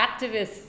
activists